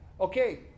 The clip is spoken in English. okay